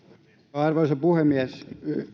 arvoisa puhemies